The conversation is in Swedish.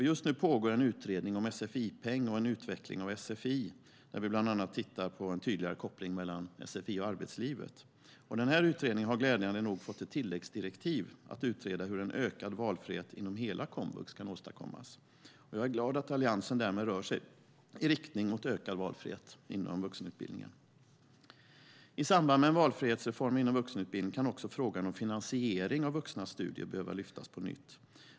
Just nu pågår en utredning om sfi-peng och en utveckling av sfi, bland annat en tydligare koppling mellan sfi och arbetslivet. Denna utredning har glädjande nog fått ett tilläggsdirektiv att utreda hur en ökad valfrihet inom hela komvux kan åstadkommas. Jag är glad att Alliansen därmed rör sig i riktning mot ökad valfrihet inom vuxenutbildningen. I samband med en valfrihetsreform inom vuxenutbildningen kan också frågan om finansiering av vuxnas studier behöva lyftas på nytt.